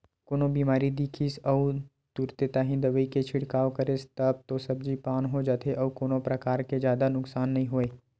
कोनो बेमारी दिखिस अउ तुरते ताही दवई के छिड़काव करेस तब तो सब्जी पान हो जाथे अउ कोनो परकार के जादा नुकसान नइ होवय